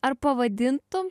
ar pavadintum